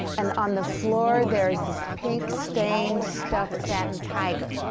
and on the floor, there is this pink stained stuffed satin tiger.